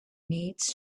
needs